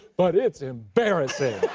but it's embarrassing.